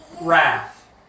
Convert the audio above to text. wrath